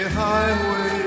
highway